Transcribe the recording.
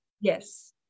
yes